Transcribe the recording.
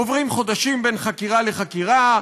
עוברים חודשים בין חקירה לחקירה,